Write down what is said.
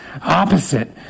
opposite